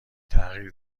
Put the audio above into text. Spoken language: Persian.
تغییر